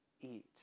eat